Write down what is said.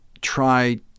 try